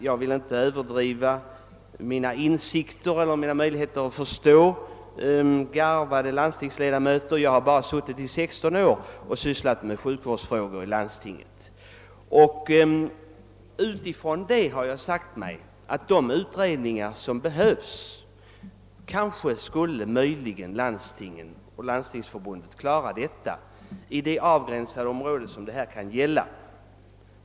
Jag vill inte överdriva mina insikter eller mina möjligheter att förstå garvade landstingsledamöter. Jag har bara suttit i 16 år och sysslat med sjukvårdsfrågor i landstinget. På grundval av min erfarenhet därifrån har jag sagt mig, att de utredningar som behövs kanske möjligen landstingen och Landstingsförbundet skulle kunna klara vad beträffar det begränsade område som det här kan gälla.